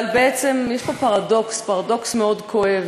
אבל יש פה פרדוקס, פרדוקס מאוד כואב,